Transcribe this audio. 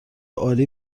عالی